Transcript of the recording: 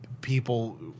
people